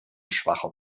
schwacher